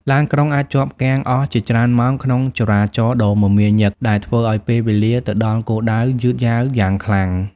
ឡានក្រុងអាចជាប់គាំងអស់ជាច្រើនម៉ោងក្នុងចរាចរណ៍ដ៏មមាញឹក ដែលធ្វើឱ្យពេលវេលាទៅដល់គោលដៅយឺតយ៉ាវយ៉ាងខ្លាំង។